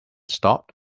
stopped